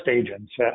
agents